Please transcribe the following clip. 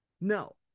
No